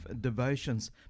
Devotions